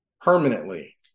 permanently